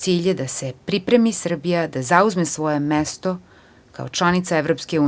Cilj je da se pripremi Srbija da zauzme svoje mesto kao članica EU.